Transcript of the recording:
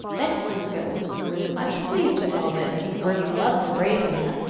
then glooskap, who was much pleased with all this, for he loved a brave man,